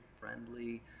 friendly